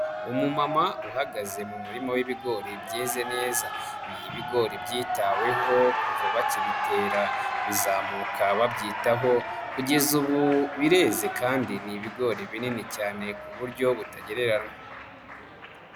Umumama uhagaze mu murima w'ibigori byeze neza, ni ibigori byitaweho kuva bakibitera bizamuka babyitaho, kugeza ubu bireze kandi ni ibigori binini cyane ku buryo butagereranwa.